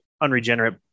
unregenerate